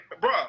bro